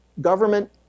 Government